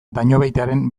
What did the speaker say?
dañobeitiaren